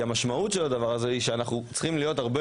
המשמעות של הדבר הזה היא שאנחנו צריכים להיות הרבה